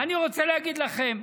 ואני רוצה להגיד לכם,